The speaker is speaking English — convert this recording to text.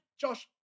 Josh